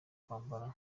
kwambara